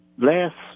Last